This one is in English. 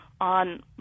On